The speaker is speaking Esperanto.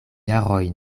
jaroj